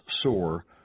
sore